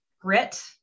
Grit